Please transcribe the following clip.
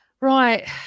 Right